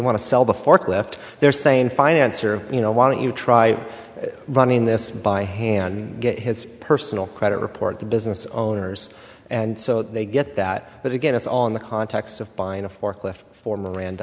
want to sell the forklift they're saying finance or you know why don't you try running this by hand get his personal credit report the business owners and so they get that but again it's all in the context of pine a forklift for miranda